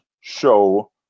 show